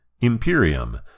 Imperium